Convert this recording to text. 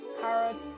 carrots